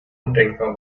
undenkbar